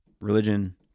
religion